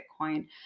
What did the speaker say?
Bitcoin